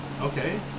Okay